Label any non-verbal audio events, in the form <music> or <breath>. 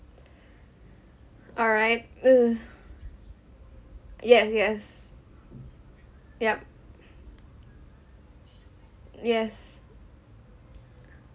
<breath> alright ugh yes yes ya <breath> mm yes uh